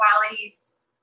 qualities